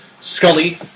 Scully